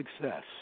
success